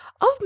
Of